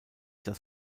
das